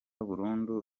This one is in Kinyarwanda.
burundu